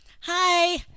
Hi